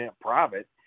private